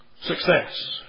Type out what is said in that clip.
success